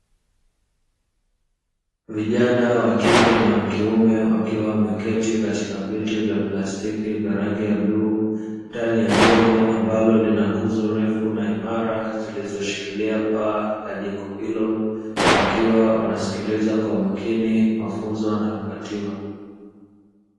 Vijana wakike na wakiume wakiwa wameketi katika viti vya plastiki vya rangi ya bluu, ndani ya jengo ambalo lina nguzo ndefu na imara zilzoshikilia paa la jengo hilo. Wakisikiliza kwa makini mafunzo wanayopatiwa.